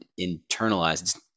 internalized